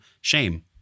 shame